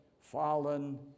fallen